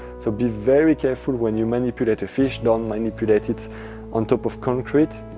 so be very careful when you manipulate a fish. don't manipulate it on top of concrete.